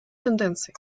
тенденций